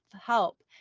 help